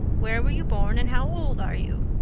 where were you born and how old are you?